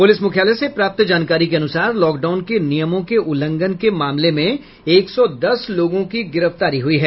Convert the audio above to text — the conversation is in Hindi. पुलिस मुख्यालय से प्राप्त जानकारी के अनुसार लॉकडाउन के निमयों के उल्लंघन के मामले में एक सौ दस लोगों की गिरफ्तारी हुई है